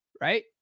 right